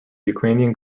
ukrainian